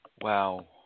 Wow